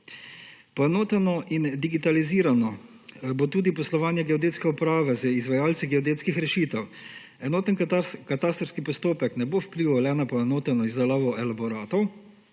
Poenoteno in digitalizirano bo tudi poslovanje Geodetske uprave z izvajalci geodetskih rešitev. Enoten katastrski postopek ne bo vplival le na poenoteno izdelavo elaboratov,